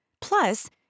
Plus